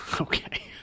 Okay